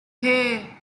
hey